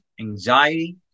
anxiety